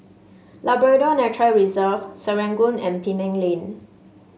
Labrador Nature Reserve Serangoon and Penang Lane